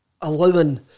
allowing